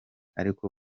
ariko